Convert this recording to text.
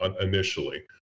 initially